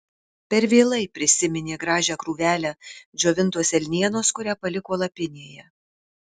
per vėlai prisiminė gražią krūvelę džiovintos elnienos kurią paliko lapinėje